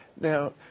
Now